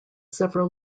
several